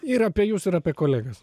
ir apie jus ir apie kolegas